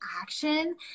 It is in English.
action